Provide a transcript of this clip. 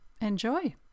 enjoy